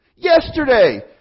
Yesterday